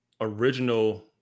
original